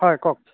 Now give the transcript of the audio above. হয় কওক